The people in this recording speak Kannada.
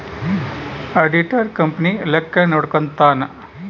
ಆಡಿಟರ್ ಕಂಪನಿ ಲೆಕ್ಕ ನೋಡ್ಕಂತಾನ್